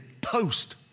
post